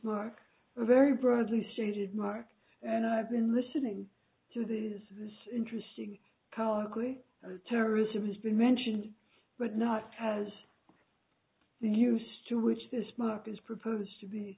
mark a very broadly stated mark and i've been listening to this is interesting how ugly terrorism has been mentioned but not as the use to which this mark is proposed to be